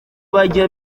bajya